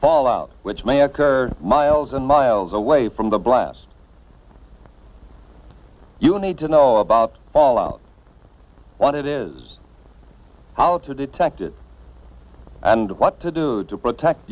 fallout which may occur miles and miles away from the blast you need to know about fallout one it is how to detect it and what to do to protect